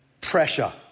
pressure